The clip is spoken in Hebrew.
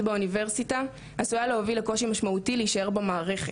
באוניברסיטה עשויה להוביל לקושי משמעותי להישאר במערכת.